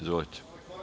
Izvolite.